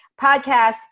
podcast